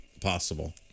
possible